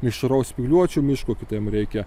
mišraus spygliuočių miško kitam reikia